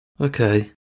Okay